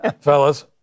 fellas